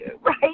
Right